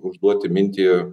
užduoti mintį